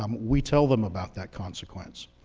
um we tell them about that consequence.